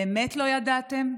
באמת לא ידעתם?